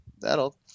That'll